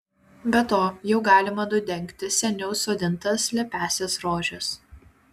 be to jau galima nudengti seniau sodintas lepiąsias rožes